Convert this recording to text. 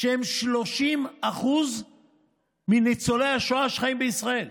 שהם 30% מניצולי השואה שחיים בישראל.